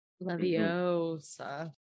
Leviosa